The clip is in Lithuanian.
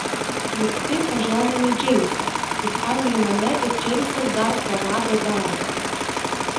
juk taip pažeminai džeimsą įpainiojai mane ir džeimsas dar prarado darbą